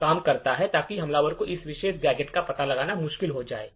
काम करता है ताकि हमलावर को इस तरह के गैजेट्स का पता लगाना मुश्किल हो जाए